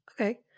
Okay